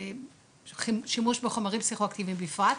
ושימוש בחומרים פסיכואקטיביים בפרט.